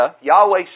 Yahweh